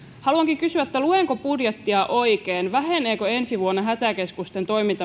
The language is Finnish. haluankin kysyä luenko budjettia oikein väheneekö ensi vuonna hätäkeskusten toimintamääräraha